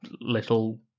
little